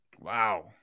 wow